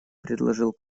предложил